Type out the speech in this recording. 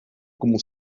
como